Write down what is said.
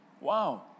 Wow